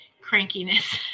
Crankiness